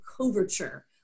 coverture